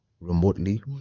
remotely